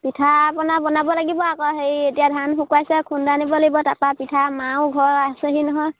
পিঠা পনা বনাব লাগিব আকৌ হেৰি এতিয়া ধান শুকোৱাইছোঁহে খুন্দি আনিব লাগিব তাৰপৰা পিঠা মাও ঘৰৰ আছেহি নহয়